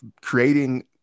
creating